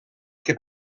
que